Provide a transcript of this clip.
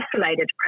isolated